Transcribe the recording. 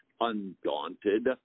undaunted